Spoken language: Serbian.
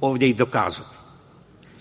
ovde i dokazati.Za